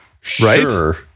sure